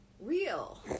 real